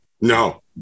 no